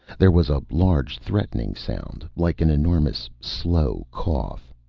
there was a large, threatening sound, like an enormous slow cough.